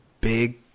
big